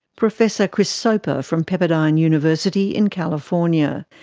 professor chris soper, from pepperdine university in california.